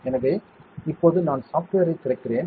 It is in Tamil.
எனவே இப்போது நான் சாப்ட்வேர்ரைத் திறக்கிறேன்